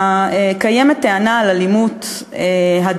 שקיימת טענה על אלימות הדדית,